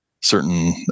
certain